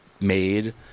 made